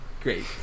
Great